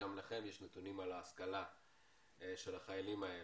וגם לכם יש נתונים על ההשכלה של החיילים האלה,